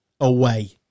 away